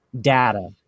data